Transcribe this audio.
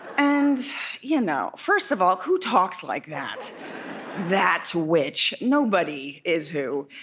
and you know, first of all, who talks like that that which nobody, is who,